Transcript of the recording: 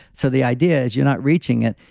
so, the idea is you're not reaching it.